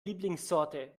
lieblingssorte